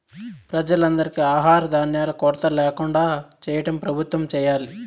ప్రజలందరికీ ఆహార ధాన్యాల కొరత ల్యాకుండా చేయటం ప్రభుత్వం చేయాలి